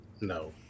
No